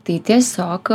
tai tiesiog